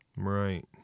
right